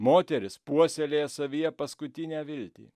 moteris puoselėja savyje paskutinę viltį